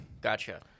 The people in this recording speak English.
Gotcha